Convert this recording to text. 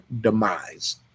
demise